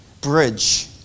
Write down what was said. bridge